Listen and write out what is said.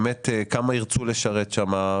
באמת כמה ירצו לשרת שם.